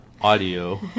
audio